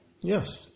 Yes